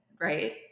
Right